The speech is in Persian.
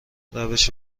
روش